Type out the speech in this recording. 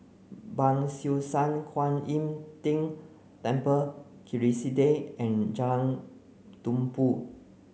Ban Siew San Kuan Im Tng Temple Kerrisdale and Jalan Tumpu